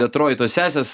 detroito sesės